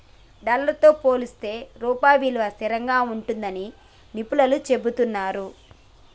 dollar తో పోలిస్తే రూపాయి విలువ స్థిరంగా ఉంటుందని నిపుణులు చెబుతున్నరు